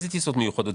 מה זה טיסות מיוחדות?